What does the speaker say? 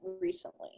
recently